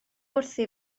wrthi